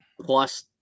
plus